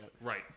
Right